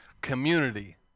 community